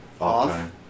off